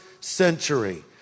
century